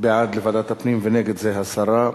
בעד לוועדת הפנים, ונגד זה הסרה.